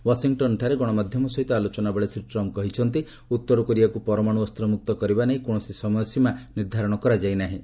ୱାଶିଂଟନ୍ଠାରେ ଗଣମାଧ୍ୟମ ସହିତ ଆଲୋଚନା ବେଳେ ଶ୍ରୀ ଟ୍ରମ୍ପ୍ କହିଛନ୍ତି ଯେ ଉତ୍ତର କୋରିଆକୁ ପରମାଣୁ ଅସ୍ତ୍ରମୁକ୍ତ କରିବା ନେଇ କୌଣସି ସମୟସୀମା ନିର୍ଦ୍ଧାରିତ କରାଯାଇ ନାହିଁ